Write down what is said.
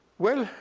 well,